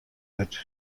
wurdt